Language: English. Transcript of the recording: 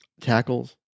tackles